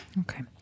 Okay